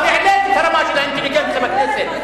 את העלית את רמת האינטליגנציה בכנסת,